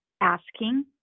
asking